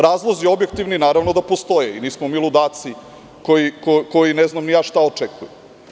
Razlozi objektivni naravno da postoje i nismo mi ludaci koji, ne znam ni ja šta očekuju.